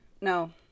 No